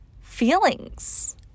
feelings